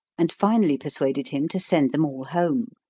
and finally persuaded him to send them all home.